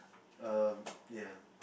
um ya